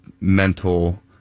mental